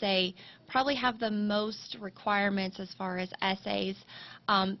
say probably have the most requirements as far as essays